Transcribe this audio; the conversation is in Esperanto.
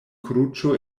kruĉo